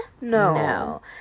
No